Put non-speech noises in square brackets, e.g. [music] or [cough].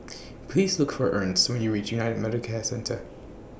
[noise] Please Look For Ernst when YOU REACH United Medicare Centre